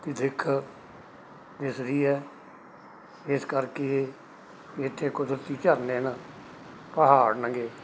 ਦੀ ਦਿੱਖ ਦਿਸਦੀ ਹੈ ਇਸ ਕਰਕੇ ਇੱਥੇ ਕੁਦਰਤੀ ਝਰਨੇ ਹਨ ਪਹਾੜ ਨਗੇ